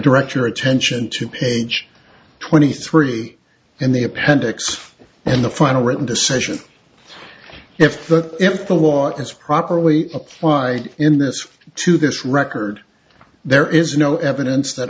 direct your attention to page twenty three in the appendix and the final written decision if that if the law is properly applied in this to this record there is no evidence that